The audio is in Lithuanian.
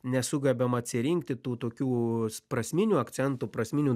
nesugebam atsirinkti tų tokių prasminių akcentų prasminių